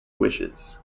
wishes